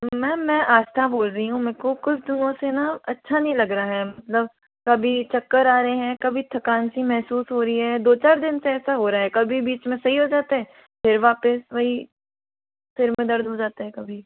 ma'am मैं आस्था बोल रही हूँ मेको कुछ सुबह से ना अच्छा नहीं लग रहा है मतलब कभी चक्कर आ रहे हैं कभी थकान सी महसूस हो रही है दो चार दिन से ऐसा हो रहा है कभी बीच में सही हो जाता है फिर वापस वही सिर में दर्द हो जाता है कभी